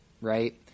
right